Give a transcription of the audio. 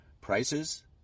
Prices